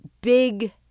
big